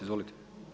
Izvolite.